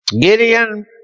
Gideon